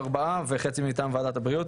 וחצי מטעם ועדת הבריאות.